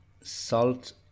salt